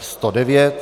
109.